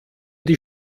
die